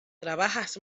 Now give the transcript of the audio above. trabajas